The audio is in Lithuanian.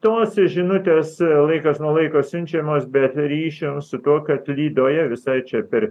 tos žinutės laikas nuo laiko siunčiamos bet ryšio su tuo kad lydoje visai čia per